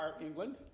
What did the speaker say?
England